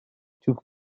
took